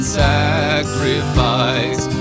sacrifice